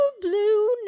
blue